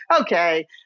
okay